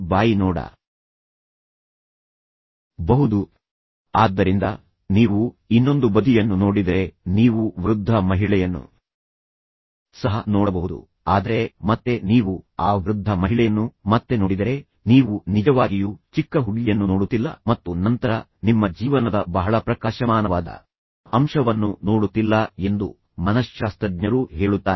ಬಾಯಿ ನೋಡಬಹುದು ಆದ್ದರಿಂದ ನೀವು ಇನ್ನೊಂದು ಬದಿಯನ್ನು ನೋಡಿದರೆ ನೀವು ವೃದ್ಧ ಮಹಿಳೆಯನ್ನು ಸಹ ನೋಡಬಹುದು ಆದರೆ ಮತ್ತೆ ನೀವು ಆ ವೃದ್ಧ ಮಹಿಳೆಯನ್ನು ಮತ್ತೆ ನೋಡಿದರೆ ನೀವು ನಿಜವಾಗಿಯೂ ಚಿಕ್ಕ ಹುಡುಗಿಯನ್ನು ನೋಡುತ್ತಿಲ್ಲ ಮತ್ತು ನಂತರ ನಿಮ್ಮ ಜೀವನದ ಬಹಳ ಪ್ರಕಾಶಮಾನವಾದ ಅಂಶವನ್ನು ನೋಡುತ್ತಿಲ್ಲ ಎಂದು ಮನಶ್ಶಾಸ್ತ್ರಜ್ಞರು ಹೇಳುತ್ತಾರೆ